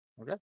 Okay